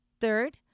Third